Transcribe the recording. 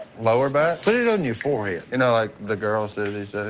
lower back? put it on your forehead. you know, like the girls do these